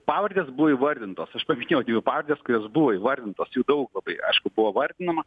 pavardės buvo įvardintos aš paminėjau dvi pavardės kurios buvo įvardintos ju daug labai aišku buvo vardinama